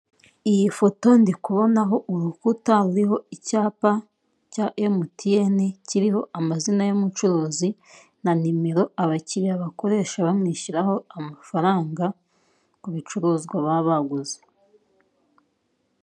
Iyi foto ndi kubonaho urukuta ruriho icyapa cya emutiyene kiriho amazina y'umucuruzi na nimero abakiriya bakoresha bamwishyuraho amafaranga ku bicurunzwa ababa baguze.